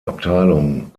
abteilung